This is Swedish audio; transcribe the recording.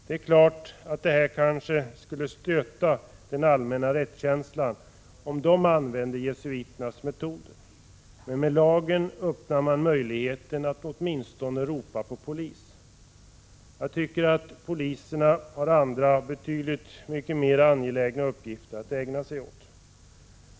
Det är klart att det skulle stöta den allmänna rättskänslan om de använde jesuiternas metoder. Men med lagen öppnar man möjligheten att åtminstone ropa på polis. Jag tycker att poliserna har andra och betydligt mycket mera angelägna uppgifter att ägna sig åt.